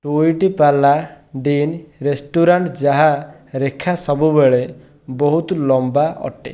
tweet Aladdin restaurant ଯାହା ରେଖା ସବୁବେଳେ ବହୁତ ଲମ୍ବା ଅଟେ